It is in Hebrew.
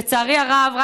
לצערי הרב,